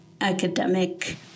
academic